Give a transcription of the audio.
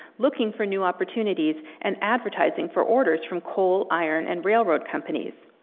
looking for new opportunities and advertising for orders from coal, iron, and railroad companies.